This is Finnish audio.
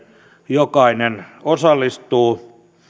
jokainen osallistuu